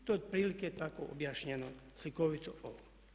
To je otprilike tako objašnjeno slikovito ovo.